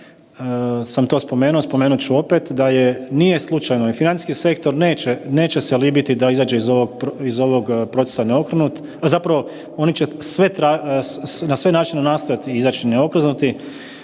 sam to spomenuo, spomenut ću opet, da je, nije slučajno, i financijski sektor neće se libiti da izađe iz ovog procesa neokrnut, a zapravo oni će na sve načine nastojati izaći neokrznuti